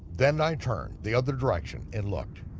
then i turned the other direction and looked,